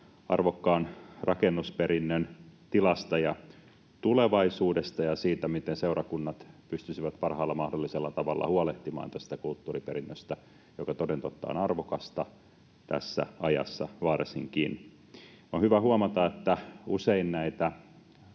arvokkaan rakennusperinnön tilasta ja tulevaisuudesta ja siitä, miten seurakunnat pystyisivät parhaalla mahdollisella tavalla huolehtimaan tästä kulttuuriperinnöstä, joka toden totta on arvokasta, tässä ajassa varsinkin. On hyvä huomata, että usein näitä